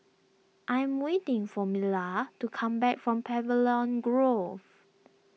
I am waiting for Myla to come back from Pavilion Grove